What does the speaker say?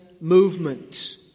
movement